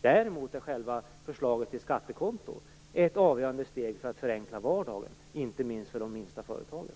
Däremot är själva förslaget till skattekonto ett avgörande steg för att förenkla vardagen, inte minst för de minsta företagen.